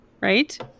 Right